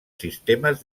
sistemes